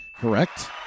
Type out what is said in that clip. correct